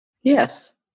Yes